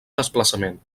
desplaçament